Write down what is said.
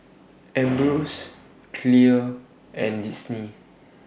Ambros Clear and Disney